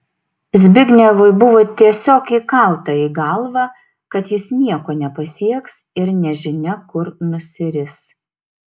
zbignevui buvo tiesiog įkalta į galvą kad jis nieko nepasieks ir nežinia kur nusiris